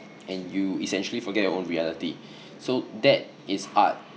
and you essentially forget your own reality so that is art